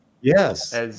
Yes